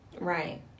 Right